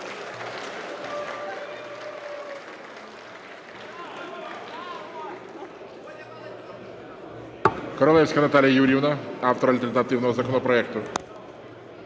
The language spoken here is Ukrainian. Королевська Наталія Юріївна, автор альтернативного законопроекту.